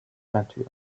peinture